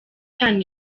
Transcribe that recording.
tanu